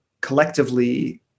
collectively